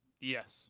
Yes